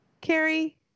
Carrie